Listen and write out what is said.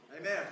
Amen